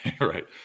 Right